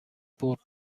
برد